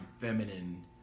feminine